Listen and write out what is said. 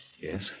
Yes